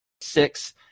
Six